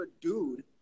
dude